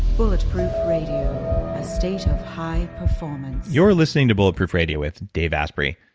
bulletproof radio, a state of high performance you're listening to bulletproof radio with dave asprey.